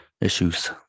issues